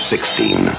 Sixteen